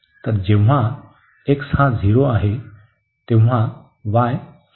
तर जेव्हा x 0 आहे y 4 आहे